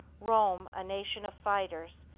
rome, a nation of fighters,